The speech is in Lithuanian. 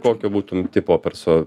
kokio būtum tipo perso